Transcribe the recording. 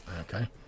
Okay